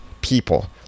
people